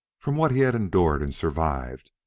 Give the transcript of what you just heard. from what he had endured and survived,